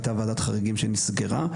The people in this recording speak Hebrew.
היתה ועדת חריגים שנסגרה.